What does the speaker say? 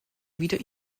wieder